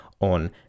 on